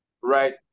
Right